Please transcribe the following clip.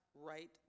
right